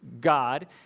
God